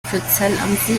für